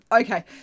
Okay